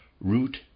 Root